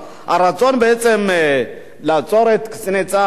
הרצון בעצם לעצור את קציני צה"ל,